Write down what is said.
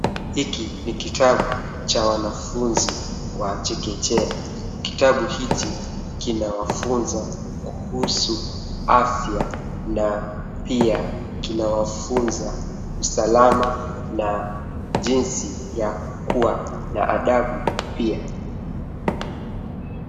Hiki ni kitabu cha wanafunzi wa kichekechea. Kitabu hiki kinawafunza kuhusu afya na pia kinawafunza usalama na jinsi ya kukuwa na adabu pia.